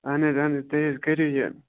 اَہَن حظ اَہَن حظ تُہۍ حظ کٔرِو یہِ